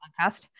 podcast